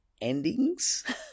endings